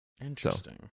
Interesting